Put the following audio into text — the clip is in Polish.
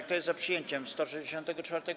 Kto jest za przyjęciem 164.